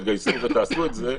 תגייסו ותעשו את זה,